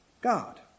God